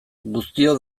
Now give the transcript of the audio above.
guztiok